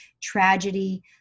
tragedy